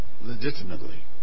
Legitimately